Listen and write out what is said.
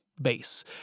base